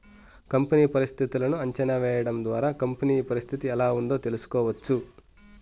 company పరిస్థితులను అంచనా వేయడం ద్వారా కంపెనీ పరిస్థితి ఎలా ఉందో తెలుసుకోవచ్చు